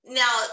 now